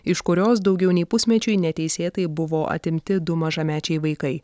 iš kurios daugiau nei pusmečiui neteisėtai buvo atimti du mažamečiai vaikai